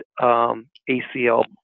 ACL